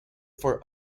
for